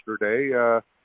yesterday